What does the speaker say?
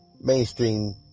mainstream